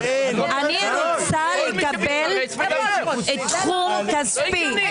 אני רוצה לקבל תחום כספי,